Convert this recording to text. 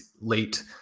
late